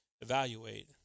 evaluate